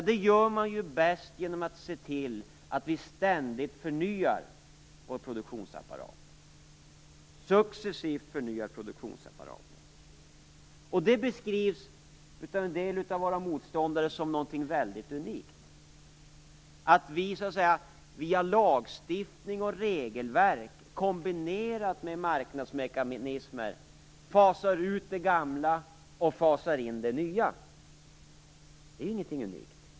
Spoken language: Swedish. Det gör man bäst genom att se till att vi ständigt, successivt, förnyar vår produktionsapparat. Det beskrivs av en del av våra motståndare som någonting väldigt unikt, dvs. att vi via lagstiftning och regelverk, kombinerat med marknadsmekanismer, fasar ut det gamla och fasar in det nya. Det är ingenting unikt.